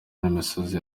n’imisozi